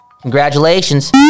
Congratulations